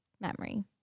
memory